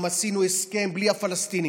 עשינו הסכם בלי הפלסטינים,